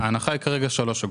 ההנחה היא כרגע שלוש אגורות.